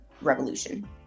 revolution